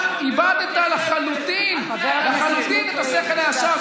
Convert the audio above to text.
חבר הכנסת סמוטריץ'.